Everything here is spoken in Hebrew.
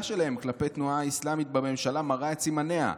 שלהם כלפי התנועה האסלאמית בממשלה מראה את סימניה.